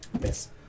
Yes